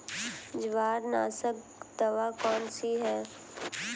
जवार नाशक दवा कौन सी है?